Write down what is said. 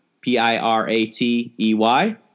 P-I-R-A-T-E-Y